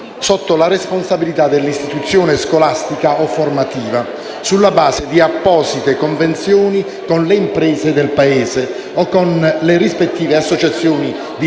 sotto la responsabilità dell'istituzione scolastica o formativa, sulla base di apposite convenzioni con le imprese del Paese, con le rispettive associazioni di